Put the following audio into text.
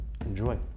Enjoy